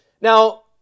Now